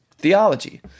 Theology